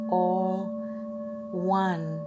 all-one